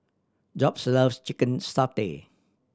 Jobe's loves chicken satay